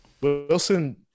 Wilson